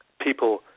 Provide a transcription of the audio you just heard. people